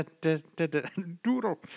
doodle